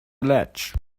ledge